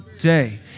day